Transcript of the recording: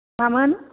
मामोन